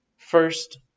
First